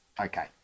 okay